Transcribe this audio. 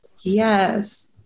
Yes